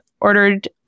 ordered